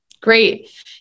Great